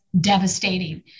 devastating